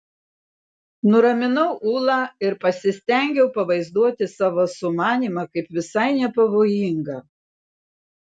nuraminau ulą ir pasistengiau pavaizduoti savo sumanymą kaip visai nepavojingą